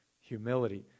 Humility